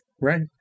Right